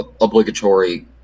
obligatory